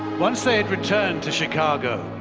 once they had returned to chicago,